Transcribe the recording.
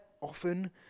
often